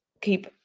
keep